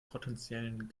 potenziellen